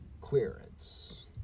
Clearance